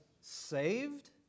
saved